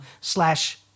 slash